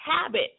habit